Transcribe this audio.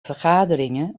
vergaderingen